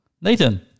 Nathan